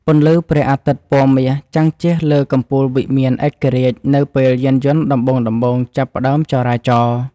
ពន្លឺព្រះអាទិត្យពណ៌មាសចាំងជះលើកំពូលវិមានឯករាជ្យនៅពេលយានយន្តដំបូងៗចាប់ផ្ដើមចរាចរ។